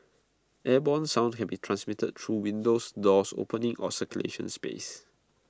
airborne sound can be transmitted through windows doors openings or circulation space